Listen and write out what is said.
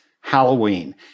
Halloween